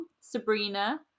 Sabrina